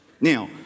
Now